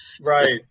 Right